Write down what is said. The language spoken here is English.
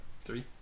three